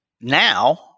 Now